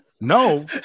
No